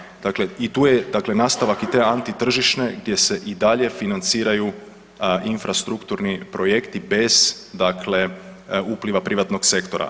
Dakle i tu je nastavak i te antitržišne, gdje se i dalje financiraju infrastrukturni projekti bez dakle upliva privatnog sektora.